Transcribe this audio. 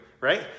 right